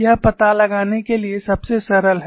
यह पता लगाने के लिए सबसे सरल है